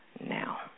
now